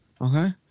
Okay